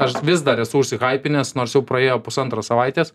aš vis dar esu užsihaipinęs nors jau praėjo pusantro savaitės